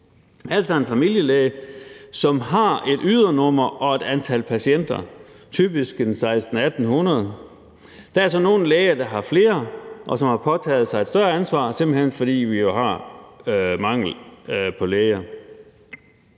altså en familielæge, som har et ydernummer og et antal patienter, som typisk er 1.600-1.800. Der er så nogle læger, der har flere, og som har påtaget sig et større ansvar, simpelt hen fordi vi har mangel på læger.